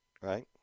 right